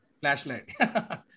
Flashlight